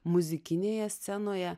muzikinėje scenoje